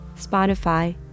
Spotify